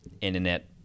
internet